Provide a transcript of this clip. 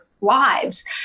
lives